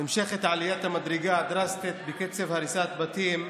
נמשכת עליית המדרגה הדרסטית בקצב הריסת בתים,